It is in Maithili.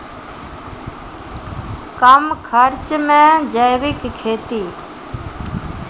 कम खर्च मे जैविक खेती?